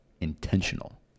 intentional